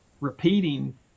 repeating